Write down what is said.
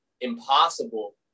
impossible